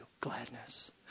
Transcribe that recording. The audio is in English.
gladness